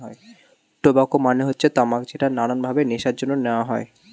tobacco মানে হচ্ছে তামাক যেটা নানান ভাবে নেশার জন্য নেওয়া হয়